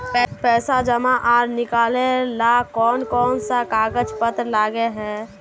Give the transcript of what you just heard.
पैसा जमा आर निकाले ला कोन कोन सा कागज पत्र लगे है?